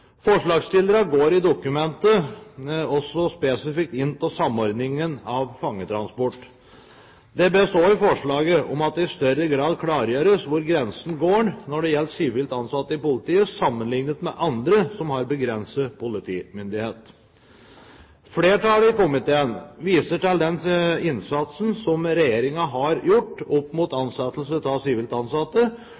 Forslagsstillerne går i dokumentet også spesifikt inn på samordningen av fangetransport. Det bes også i forslaget om at det i større grad klargjøres hvor grensen går når det gjelder sivilt ansatte i politiet, sammenliknet med andre som har begrenset politimyndighet. Flertallet i komiteen viser til den innsatsen som regjeringen har gjort opp mot